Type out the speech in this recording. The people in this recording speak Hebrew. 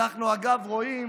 אגב, אנחנו רואים